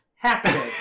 Happening